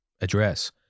address